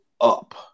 up